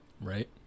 Right